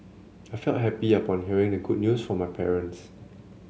I felt happy upon hearing the good news from my parents